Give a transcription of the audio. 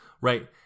Right